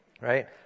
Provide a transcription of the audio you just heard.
right